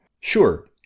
sure